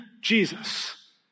Jesus